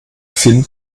finn